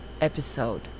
episode